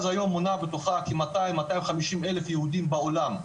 מונה בתוכה היום כ-200-250 אלף יהודים בעולם,